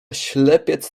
ślepiec